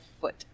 foot